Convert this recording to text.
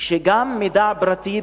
שבהם גם מידע פרטי,